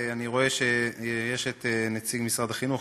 אני רואה שיש נציג משרד החינוך,